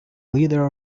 leader